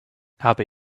habe